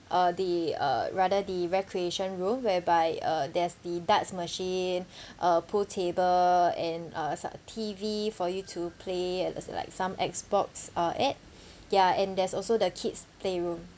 uh the uh rather the recreation room whereby uh there's the darts machine uh pool table and uh T_V for you to play and like some xbox uh at ya and there's also the kids playroom